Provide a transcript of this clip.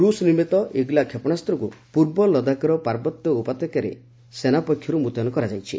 ରୁଷ ନିର୍ମିତ ଇଗଲା କ୍ଷେପଶାସ୍ତ୍ରକୁ ପୂର୍ବ ଲଦାଖର ପାର୍ବତ୍ୟ ଉପତ୍ୟକାରେ ସେନାପକ୍ଷରୁ ମୁତୟନ କରାଯାଇଛି